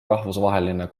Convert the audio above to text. rahvusvaheline